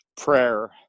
prayer